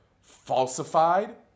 falsified